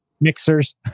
Mixers